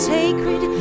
sacred